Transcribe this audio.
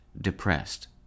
depressed